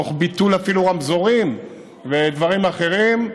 אפילו תוך ביטול רמזורים ודברים אחרים.